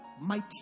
mighty